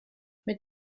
mit